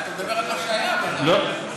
אתה מדבר על מה שהיה, לא,